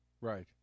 right